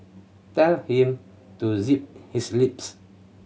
tell him to zip his lips